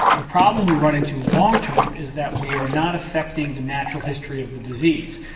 the problem we run into long term is that we are not affecting the natural history of the disease.